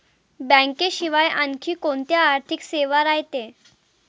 बँकेशिवाय आनखी कोंत्या आर्थिक सेवा रायते?